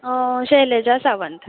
Shailesha Sawant